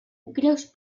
greus